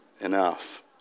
enough